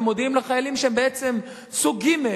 ומודיעים לחיילים שהם בעצם סוג ג'